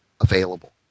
available